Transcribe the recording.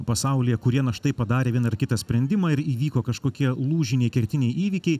pasaulyje kurie na štai padarė vieną ar kitą sprendimą ir įvyko kažkokie lūžiniai kertiniai įvykiai